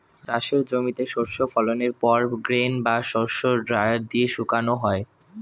চাষের জমিতে শস্য ফলনের পর গ্রেন বা শস্য ড্রায়ার দিয়ে শুকানো হয়